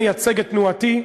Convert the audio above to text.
אני מייצג את תנועתי,